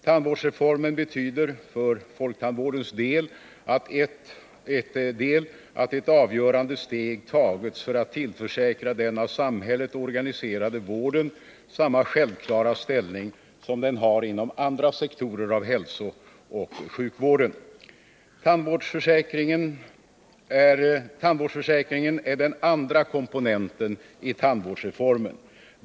Tandvårdsreformen betyder för folktandvårdens del att ett avgörande steg tagits för att tillförsäkra den av samhället organiserade vården samma självklara ställning som den har inom andra sektorer av hälsooch sjukvården. Tandvårdsförsäkringen är den andra komponenten i tandvårdsreformen.